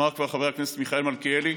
אמר כבר חבר הכנסת מיכאל מלכיאלי: